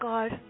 God